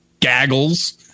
gaggles